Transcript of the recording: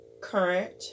current